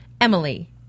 Emily